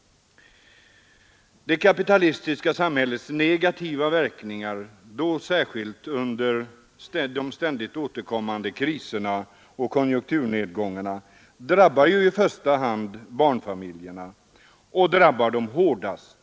Det kapitalistiska samhällets negativa verkningar — särskilt under de ständigt återkommande kriserna och konjunkturnedgångarna — drabbar i första hand barnfamiljerna, och de drabbar dessa hårdast.